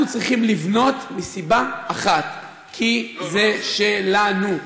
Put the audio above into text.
צריכים לבנות מסיבה אחת: כי זה שלנו.